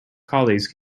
colleagues